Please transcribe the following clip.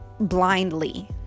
blindly